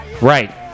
Right